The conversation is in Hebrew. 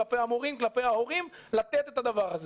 כלפי המורים וכלפי ההורים לתת את הדבר הזה.